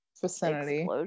vicinity